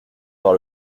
par